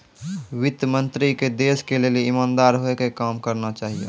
वित्त मन्त्री के देश के लेली इमानदार होइ के काम करना चाहियो